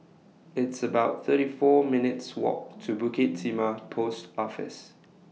It's about thirty four minutes' Walk to Bukit Timah Post Office